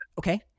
okay